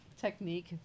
technique